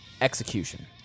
execution